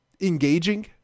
engaging